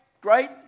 great